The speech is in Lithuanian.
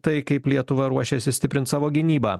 tai kaip lietuva ruošiasi stiprint savo gynybą